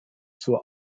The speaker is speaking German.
zur